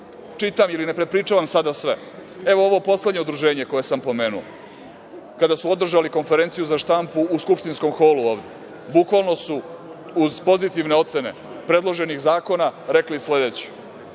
i da vam ne prepričavam sada sve, ali ovo poslednje udruženje koje sam pomenuo. Kada su održali konferenciju za štampu u skupštinskom holu, bukvalno su uz pozitivne ocene predloženih zakona rekli sledeće